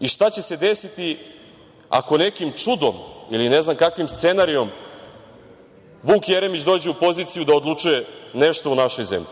i šta će se desiti ako nekim čudom ili ne znam kakvim scenariom Vuk Jeremić dođe u poziciju da odlučuje nešto u našoj zemlji.